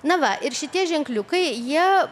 na va ir šitie ženkliukai jie